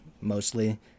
mostly